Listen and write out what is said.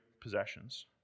possessions